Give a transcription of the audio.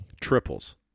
Triples